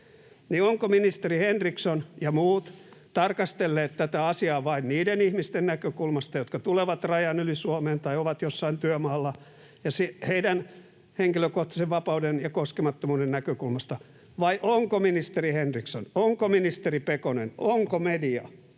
ovatko ministeri Henriksson ja muut tarkastelleet tätä asiaa vain niiden ihmisten näkökulmasta, jotka tulevat rajan yli Suomeen tai ovat jossain työmaalla, heidän henkilökohtaisen vapauden ja koskemattomuuden näkökulmasta? Vai onko ministeri Henriksson, onko ministeri Pekonen, onko media